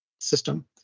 system